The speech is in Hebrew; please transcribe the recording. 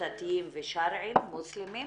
כנסייתיים ושרעיים-מוסלמים.